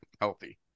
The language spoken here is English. healthy